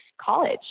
college